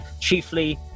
chiefly